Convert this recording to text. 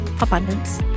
abundance